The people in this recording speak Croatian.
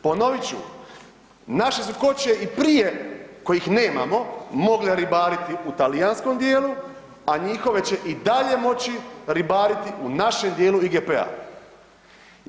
Ponovit ću, naše su koće i prije kojih nemamo, mogle ribariti u talijanskom djelu a njihove će i dalje moći ribariti u našem djelu IGP-a.